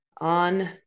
on